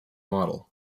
model